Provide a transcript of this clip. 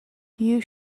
you